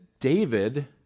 David